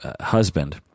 husband